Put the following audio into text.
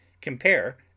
Compare